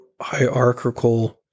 hierarchical